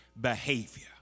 behavior